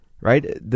Right